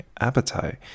appetite